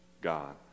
God